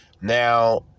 Now